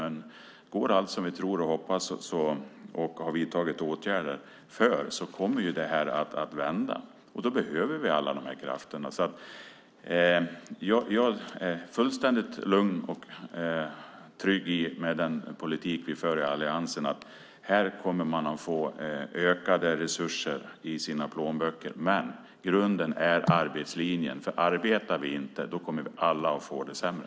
Men går allting som vi tror och hoppas och har vidtagit åtgärder för kommer detta att vända. Då behöver vi alla dessa krafter. Jag är fullständigt lugn och trygg med den politik vi för i alliansen. Här kommer man att få ökade resurser i sina plånböcker. Men grunden är arbetslinjen. Arbetar vi inte kommer vi alla att få det sämre.